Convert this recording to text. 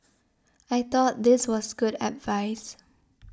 I thought this was good advice